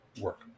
work